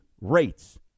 rates